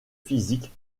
physiques